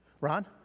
Ron